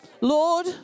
Lord